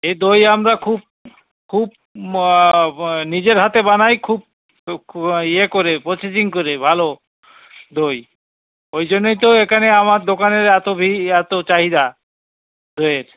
এ দই আমরা খুব খুব নিজের হাতে বানাই খুব ইয়ে করে প্রসেসিং করে ভালো দই ওই জন্যেই তো এখানে আমার দোকানের এতো ভিড় এতো চাহিদা দইয়ের